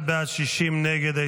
51 בעד, 60 נגד.